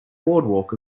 boardwalk